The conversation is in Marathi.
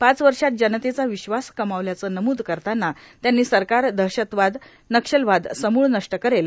पाच वर्षात जनतेचा विश्वास कमवल्याचं नमूद करताना त्यांचं सरकार दहशतवाद नक्षलवाद समूळ नष्ट करेल